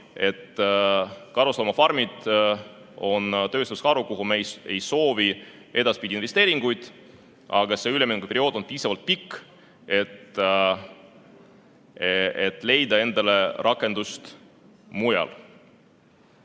et karusloomakasvatus on tööstusharu, kuhu me ei soovi edaspidi investeerida. Aga see üleminekuperiood on piisavalt pikk, et leida endale rakendust mujal.